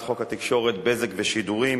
את הצעת חוק התקשורת (בזק ושידורים)